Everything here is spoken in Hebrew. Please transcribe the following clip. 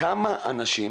כמה אנשים